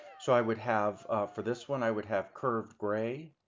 so i would have for this one i would have curved gray,